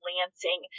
Lansing